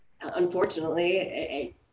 unfortunately